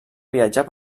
viatjar